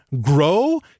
grow